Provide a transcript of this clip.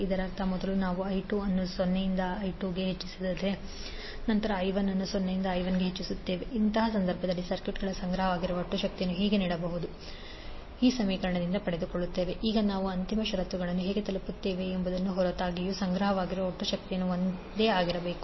ಇದರರ್ಥ ಮೊದಲು ನಾವು i2 ಅನ್ನು 0 ರಿಂದ I2 ಕ್ಕೆ ಹೆಚ್ಚಿಸುತ್ತೇವೆ ಮತ್ತು ನಂತರ i1 ಅನ್ನು 0 ರಿಂದ I1ಗೆ ಹೆಚ್ಚಿಸುತ್ತೇವೆ ಅಂತಹ ಸಂದರ್ಭದಲ್ಲಿ ಸರ್ಕ್ಯೂಟ್ನಲ್ಲಿ ಸಂಗ್ರಹವಾಗಿರುವ ಒಟ್ಟು ಶಕ್ತಿಯನ್ನು ಹೀಗೆ ನೀಡಬಹುದು w12L1I12M21I1I212L2I22 ಈಗ ನಾವು ಅಂತಿಮ ಷರತ್ತುಗಳನ್ನು ಹೇಗೆ ತಲುಪುತ್ತೇವೆ ಎಂಬುದರ ಹೊರತಾಗಿಯೂ ಸಂಗ್ರಹವಾಗಿರುವ ಒಟ್ಟು ಶಕ್ತಿಯು ಒಂದೇ ಆಗಿರಬೇಕು